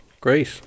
Great